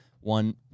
one